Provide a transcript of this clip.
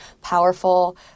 powerful